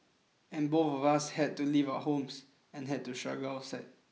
and both of us had to leave our homes and had to struggle outside